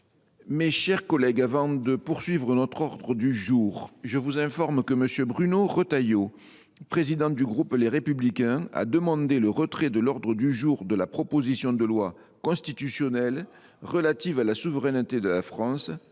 Mes chers collègues, je vous informe que M. Bruno Retailleau, président du groupe Les Républicains, a demandé le retrait de l’ordre du jour de la proposition de loi constitutionnelle relative à la souveraineté de la France,